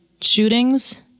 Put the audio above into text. shootings